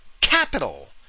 capital